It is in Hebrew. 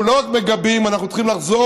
אנחנו לא רק מגבים, אנחנו צריכים לחזור